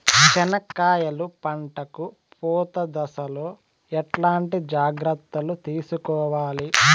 చెనక్కాయలు పంట కు పూత దశలో ఎట్లాంటి జాగ్రత్తలు తీసుకోవాలి?